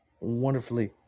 wonderfully